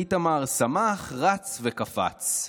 איתמר שמח, רץ וקפץ,